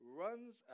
runs